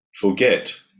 forget